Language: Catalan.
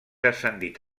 ascendit